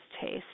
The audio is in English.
taste